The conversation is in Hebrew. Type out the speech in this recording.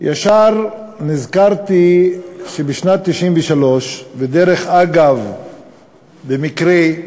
ישר נזכרתי שבשנת 1993, ודרך אגב במקרה,